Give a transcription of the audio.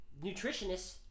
nutritionists